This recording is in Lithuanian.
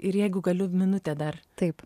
ir jeigu galiu minutę dar taip